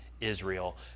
Israel